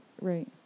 Right